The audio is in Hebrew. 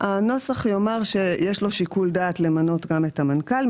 הנוסח יאמר שיש לו שיקול דעת למנות גם את המנכ"ל,